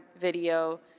video